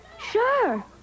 Sure